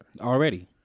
already